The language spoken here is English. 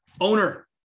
owner